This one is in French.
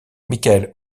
michael